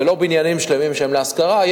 ולא בניינים שלמים שהם להשכרה.